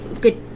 good